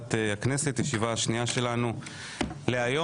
ועדת הכנסת, ישיבה שנייה שלנו להיום.